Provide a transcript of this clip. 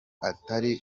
atari